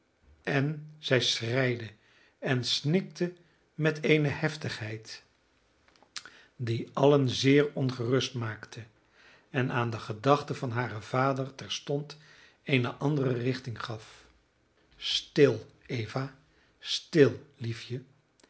en zij schreide en snikte met eene heftigheid die allen zeer ongerust maakte en aan de gedachten van haren vader terstond eene andere richting gaf stil eva stil liefje